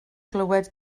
glywed